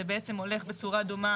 זה הולך בצורה דומה